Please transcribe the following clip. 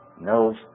knows